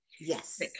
Yes